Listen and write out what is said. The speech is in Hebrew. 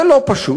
זה לא פשוט.